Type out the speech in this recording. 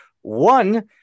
one